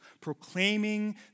proclaiming